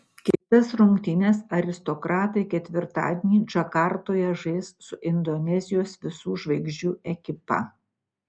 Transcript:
kitas rungtynes aristokratai ketvirtadienį džakartoje žais su indonezijos visų žvaigždžių ekipa